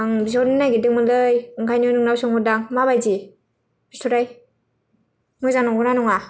आंबो बिहरनो नागेरदोंमोनलै ओंखायनो नोंनाव सोंहरदां मा बायदि बिथ'राय मोजां नंगौ ना नंआ